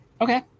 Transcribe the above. okay